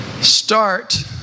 start